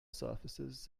surfaces